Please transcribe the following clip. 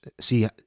see